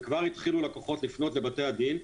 וכבר התחילו לקוחות לפנות לבתי הדין,